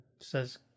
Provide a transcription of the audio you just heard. says